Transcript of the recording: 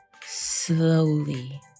slowly